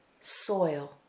soil